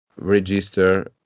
register